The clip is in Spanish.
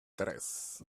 tres